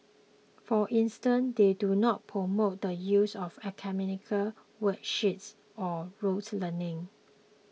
for instance they do not promote the use of academic worksheets or rotes learning